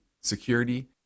security